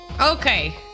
Okay